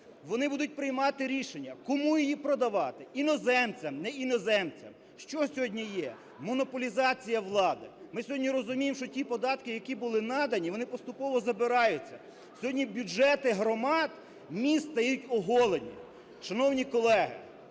вони будуть приймати рішення: кому її продавати – іноземцям, не іноземцям. Що сьогодні є? Монополізація влади. Ми сьогодні розуміємо, що ті податки, які були надані, вони поступово забираються. Сьогодні бюджети громад міст стають оголені. Шановні колеги,